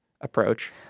approach